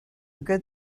good